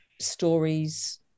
stories